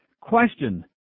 Question